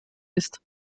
ist